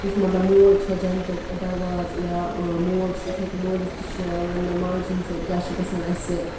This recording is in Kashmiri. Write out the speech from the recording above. یُس مطلب موج چھےٚ جَنتُک دَرواز یا مول چھُ یِتھَے کَنۍ مٲلِس تہِ چھِ یِوان ونٛنہٕ ماجہِ ہِنٛدۍ سۭتۍ کیٛاہ چھِ گژھان اَسہِ